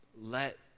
let